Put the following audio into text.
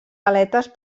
aletes